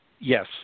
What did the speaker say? Yes